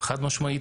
חד משמעית.